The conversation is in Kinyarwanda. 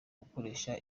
gukoresha